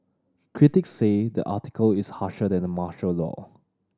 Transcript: critics say the article is harsher than the martial law